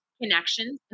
connections